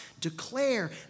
declare